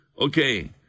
Okay